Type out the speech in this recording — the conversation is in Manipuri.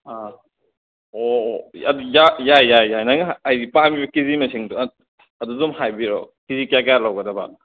ꯑꯣ ꯑꯗꯨ ꯌꯥꯏ ꯌꯥꯏ ꯌꯥꯏ ꯅꯪ ꯍꯥꯏꯗꯤ ꯄꯥꯝꯃꯤ ꯀꯦ ꯖꯤ ꯃꯁꯤꯡꯗꯣ ꯑꯗꯨꯗ ꯑꯗꯨꯝ ꯍꯥꯏꯕꯤꯔꯛꯑꯣ ꯀꯦ ꯖꯤ ꯀꯌꯥ ꯀꯌꯥ ꯂꯧꯒꯗꯕ